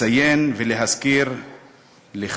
אני רוצה לציין ולהזכיר לכם,